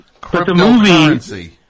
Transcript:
cryptocurrency